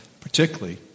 particularly